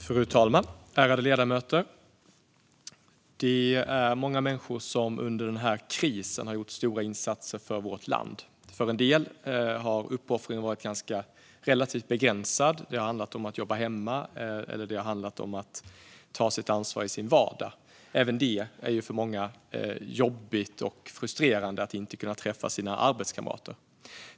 Fru talman! Ärade ledamöter! Det är många människor som under krisen har gjort stora insatser för vårt land. För en del har uppoffringen varit relativt begränsad. Det har handlat om att jobba hemma eller om att ta sitt ansvar i sin vardag. För många är det jobbigt och frustrerande att inte kunna träffa sina arbetskamrater.